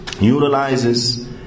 utilizes